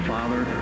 Father